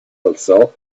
alzò